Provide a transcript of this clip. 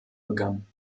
begann